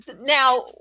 Now